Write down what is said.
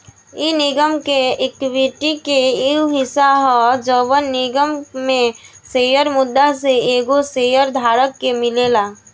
इ निगम के एक्विटी के उ हिस्सा ह जवन निगम में शेयर मुद्दा से एगो शेयर धारक के मिलेला